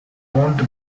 owned